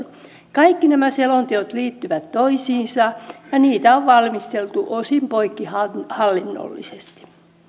kaikki nämä selonteot liittyvät toisiinsa ja niitä on valmisteltu osin poikkihallinnollisesti